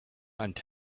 and